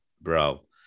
bro